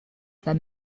their